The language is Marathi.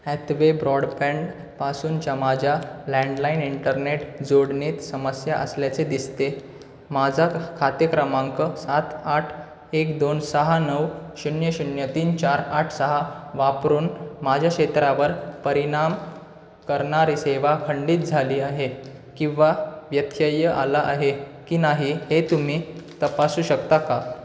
हॅथवे ब्रॉडबँडपासूनच्या माझ्या लँडलाईन इंटरनेट जोडणेत समस्या असल्याचे दिसते माझं खाते क्रमांक सात आठ एक दोन सहा नऊ शून्य शून्य तीन चार आठ सहा वापरून माझ्या क्षेत्रावर परिणाम करणारी सेवा खंडित झाली आहे किंवा व्यत्यय आला आहे की नाही हे तुम्ही तपासू शकता का